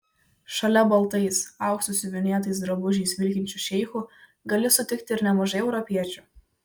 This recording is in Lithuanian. šalia baltais auksu siuvinėtais drabužiais vilkinčių šeichų gali sutikti ir nemažai europiečių